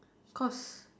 cause